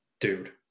dude